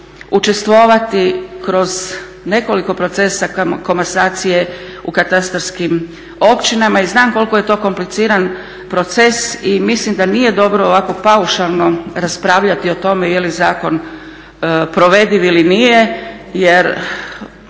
učestvovati kroz nekoliko procesa komasacije u katastarskim općinama i znam koliko je to kompliciran proces i mislim da nije dobro ovako paušalno raspravljati o tome je li zakon provediv ili nije jer